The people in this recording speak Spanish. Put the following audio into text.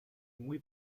muy